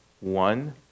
one